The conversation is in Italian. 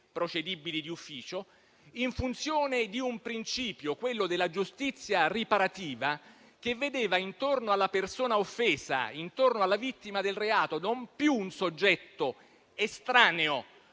procedibili d'ufficio, in funzione di un principio, quello della giustizia riparativa, che vedeva intorno alla persona offesa, intorno alla vittima del reato, non più un soggetto estraneo